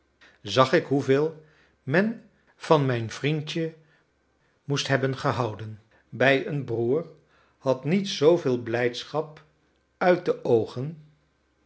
zag ik hoeveel men van mijn vriendje moest hebben gehouden bij een broer had niet zooveel blijdschap uit de oogen